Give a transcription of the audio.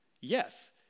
yes